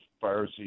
fire